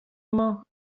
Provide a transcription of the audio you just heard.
mañ